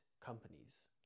companies